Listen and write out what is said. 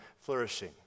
flourishing